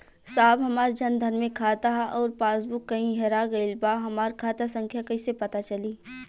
साहब हमार जन धन मे खाता ह अउर पास बुक कहीं हेरा गईल बा हमार खाता संख्या कईसे पता चली?